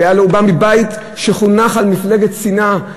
הוא בא מבית שחונך על מפלגת שנאה,